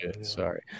Sorry